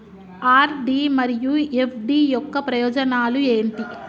RD మరియు FD యొక్క ప్రయోజనాలు ఏంటి?